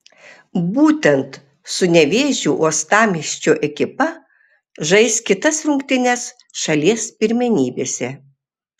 būtent su nevėžiu uostamiesčio ekipa žais kitas rungtynes šalies pirmenybėse